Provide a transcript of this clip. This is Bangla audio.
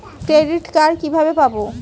ক্রেডিট কার্ড কিভাবে পাব?